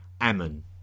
Ammon